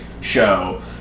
show